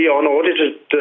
unaudited